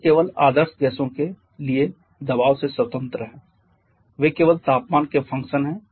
यह केवल आदर्श गैसों के लिए दबाव से स्वतंत्र है वे केवल तापमान के फंक्शन हैं